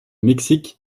mexique